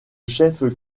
chef